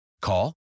call